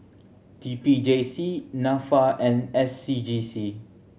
T P J C Nafa and S C G C